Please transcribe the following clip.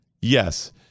Yes